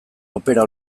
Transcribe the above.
opera